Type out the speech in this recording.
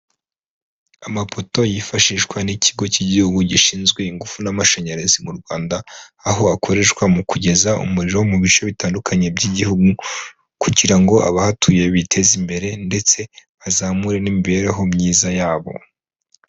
Amapoto yifashishwa n'ikigo cy'igihugu gishinzwe ingufu n'amashanyarazi mu Rwanda, aho akoreshwa mu kugeza umuriro mu bice bitandukanye by'Igihugu, kugira ngo abahatuye biteze imbere ndetse bazamure n'imibereho myiza yabo.